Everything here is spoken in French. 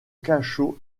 cachot